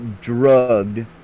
drugged